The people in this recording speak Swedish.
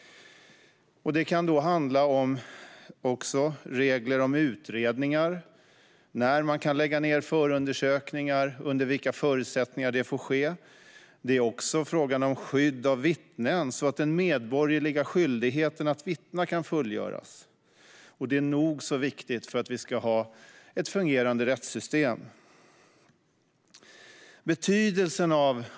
Det kan också handla om regler om utredningar, när man kan lägga ned förundersökningar och under vilka förutsättningar det får ske. Det handlar också om frågan om skydd av vittnen, så att den medborgerliga skyldigheten att vittna kan fullgöras. Det är nog så viktigt för att vi ska ha ett fungerande rättssystem.